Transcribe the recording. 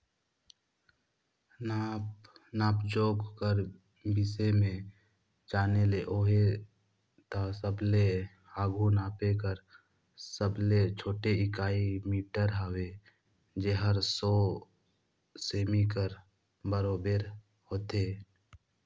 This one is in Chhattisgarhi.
नाप जोख कर बिसे में जाने ले अहे ता सबले आघु नापे कर सबले छोटे इकाई मीटर हवे जेहर सौ सेमी कर बराबेर होथे